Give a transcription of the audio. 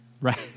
right